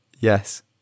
Yes